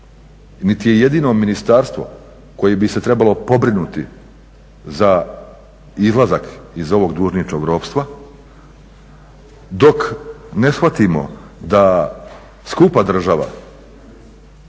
niti je jedino ministarstvo koje bi se trebalo pobrinuti za izlazak iz ovog dužničkog ropstva dok ne shvatimo da skupa država